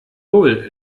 roll